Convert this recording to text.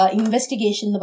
investigation